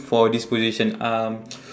for this position um